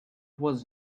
was